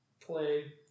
play